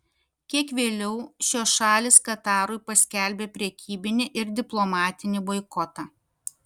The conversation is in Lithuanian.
kiek vėliau šios šalys katarui paskelbė prekybinį ir diplomatinį boikotą